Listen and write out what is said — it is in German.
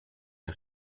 der